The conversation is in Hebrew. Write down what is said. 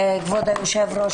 כבוד היושב-ראש,